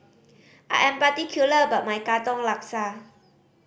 I am particular about my Katong Laksa